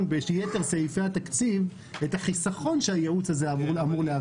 ביתר סעיפי התקציב את החיסכון שהייעוץ הזה אמור להביא לך.